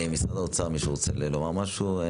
משרד האוצר, מישהו רוצה לומר משהו?